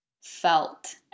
felt